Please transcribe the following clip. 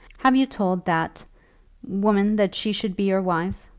have you told that woman that she should be your wife?